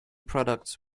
products